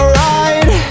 ride